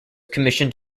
commissioned